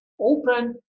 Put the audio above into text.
open